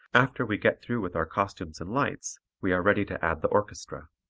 after we get through with our costumes and lights, we are ready to add the orchestra.